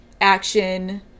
action